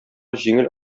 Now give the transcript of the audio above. җиңел